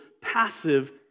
passive